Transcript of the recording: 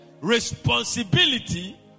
responsibility